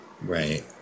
Right